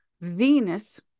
Venus